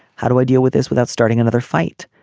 how do i deal with this without starting another fight.